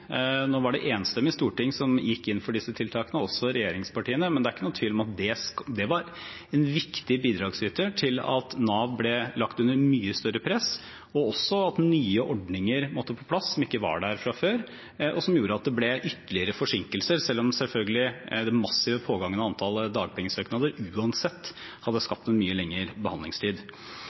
var et enstemmig storting som gikk inn for disse tiltakene, også regjeringspartiene, men det er ikke noen tvil om at det var et viktig bidrag til at Nav ble lagt under mye større press. At nye ordninger måtte på plass som ikke var der fra før, gjorde at det ble ytterligere forsinkelser, selv om den massive pågangen av antall dagpengesøknader selvfølgelig uansett hadde skapt en mye lengre behandlingstid.